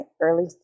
early